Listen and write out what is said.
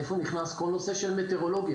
איפה נכנס כל הנושא של מטאורולוגיה?